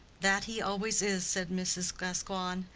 that he always is, said mrs. gascoigne.